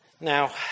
Now